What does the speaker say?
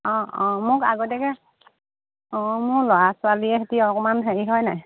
অঁ অঁ মোক আগতীয়াকৈ অঁ মোৰ ল'ৰা ছোৱালীয়ে সৈতে অকণমান হেৰি হয়নে